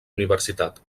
universitat